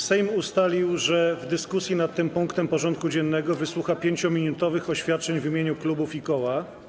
Sejm ustalił, że w dyskusji nad tym punktem porządku dziennego wysłucha 5-minutowych oświadczeń w imieniu klubów i koła.